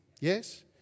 Yes